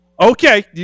Okay